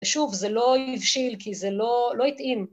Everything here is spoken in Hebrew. שוב, זה לא יבשיל כי זה לא יטעין.